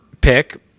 pick